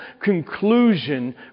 conclusion